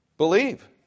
Believe